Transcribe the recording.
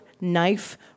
knife